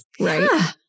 Right